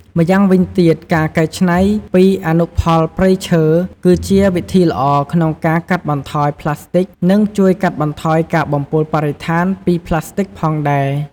ម្យ៉ាងវិញទៀតការកែច្នៃពីអនុផលព្រៃឈើ គឺជាវិធីល្អក្នុងការកាត់បន្ថយផ្លាស្តិចនិងជួយកាត់បន្ថយការបំពុលបរិស្ថានពីផ្លាស្ទិចផងដែរ។